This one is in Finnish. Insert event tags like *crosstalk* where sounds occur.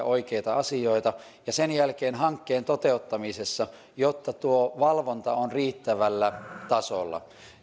*unintelligible* oikeita asioita ja sen jälkeen hankkeen toteuttamisessa jotta tuo valvonta on riittävällä tasolla